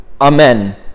amen